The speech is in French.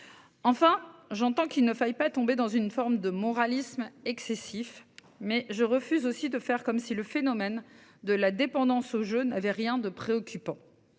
Enfin j'entends qu'il ne fallait pas tomber dans une forme de moralisme excessif mais je refuse aussi de faire comme si le phénomène de la dépendance aux jeunes avait rien de préoccupant.